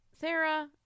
Sarah